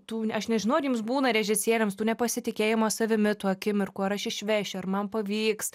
tų aš nežinau ar jums būna režisieriams tų nepasitikėjimo savimi tų akimirkų ar aš išvešiu ar man pavyks